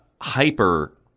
hyper